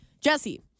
Jesse